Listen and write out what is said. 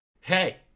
Hey